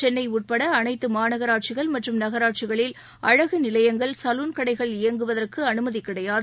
சென்னை உட்பட அனைத்து மாநகராட்சிகள் மற்றும் நகராட்சிகளில் அழகு நிலையங்கள் சலூன் கடைகள் இயங்குவதற்கு அனுமதி கிடையாது